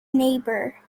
neighbour